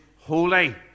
holy